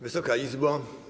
Wysoka Izbo!